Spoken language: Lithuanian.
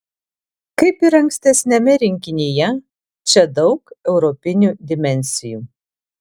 kaip ir ankstesniame rinkinyje čia daug europinių dimensijų